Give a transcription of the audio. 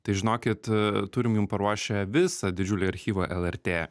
tai žinokit turim jum paruošę visą didžiulį archyvą lrt